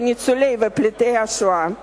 לניצולי השואה ולפליטי השואה.